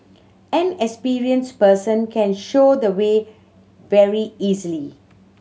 an experienced person can show the way very easily